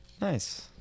Nice